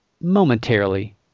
momentarily